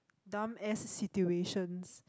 dumb ass situations